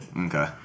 okay